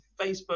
Facebook